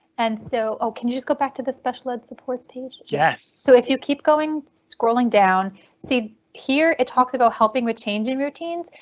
and so can you just go back to the special ed supports page so if you keep going scrolling down see here it talks about helping with changing routines,